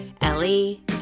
Ellie